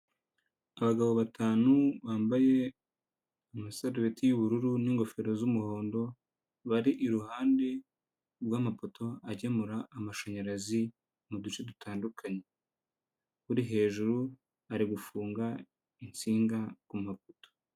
Abagabo batanu bambaye amasarubeti y'ubururu n'ingofero z'umuhondo, bari iruhande rw'amapoto agemura amashanyarazi mu duce dutandukanye, uri hejuru ari gufunga insinga ku mapoto.